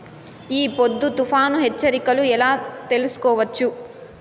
ఈ పొద్దు తుఫాను హెచ్చరికలు ఎలా తెలుసుకోవచ్చు?